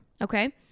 okay